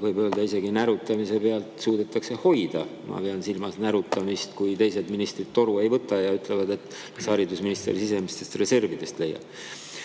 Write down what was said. võib isegi öelda, närutamise pealt suudetakse hoida. Ma pean silmas närutamist, kui teised ministrid toru ei võta ja ütlevad, et eks haridusminister sisemistest reservidest leiab